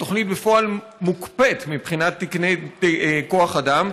התוכנית בפועל מוקפאת מבחינת תקני כוח אדם.